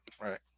Right